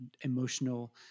emotional